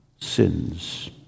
sins